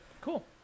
Cool